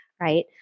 Right